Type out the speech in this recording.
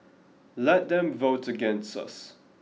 let them vote against us